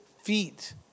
feet